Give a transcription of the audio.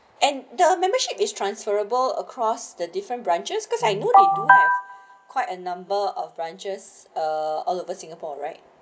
and the membership is transferable across the different branches cause I know they do have quite a number of branches uh arable singapore right